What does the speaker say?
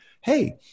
Hey